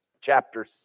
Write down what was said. chapter